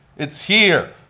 it's here,